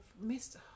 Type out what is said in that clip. missed